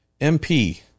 MP